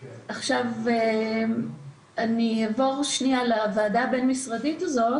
אני אעבור לוועדה הבין משרדית הזאת